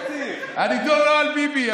תקציב, הדיון הוא לא על ביבי.